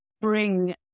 bring